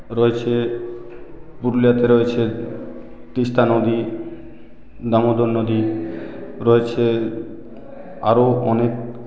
রয়েছে পুরুলিয়াতে রয়েছে তিস্তা নদী দামোদর নদী রয়েছে আরো অনেক